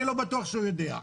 אני לא בטוח שהוא יודע.